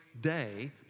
day